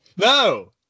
No